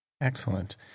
Excellent